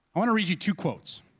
want to read you two quotes,